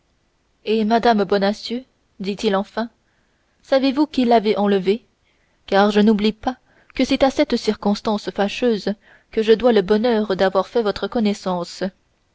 et mme bonacieux dit-il enfin savez-vous qui l'avait enlevée car je n'oublie pas que c'est à cette circonstance fâcheuse que je dois le bonheur d'avoir fait votre connaissance